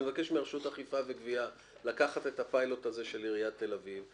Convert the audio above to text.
אני מבקש מרשות האכיפה והגבייה לקחת את הפיילוט הזה של עיריית תל אביב,